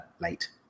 late